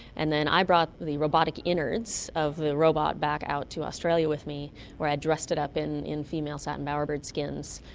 and then i brought the robotic innards of the robot back out to australia with me where i dressed it up in in female satin bowerbird skins,